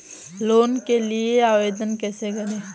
Loan के लिए आवेदन कैसे करें?